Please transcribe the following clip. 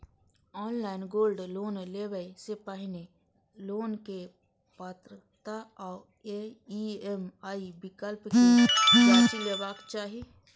online gold loan लेबय सं पहिने लोनक पात्रता आ ई.एम.आई विकल्प कें जांचि लेबाक चाही